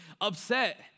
upset